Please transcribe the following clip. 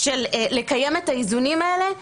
של קיום האיזונים האלה,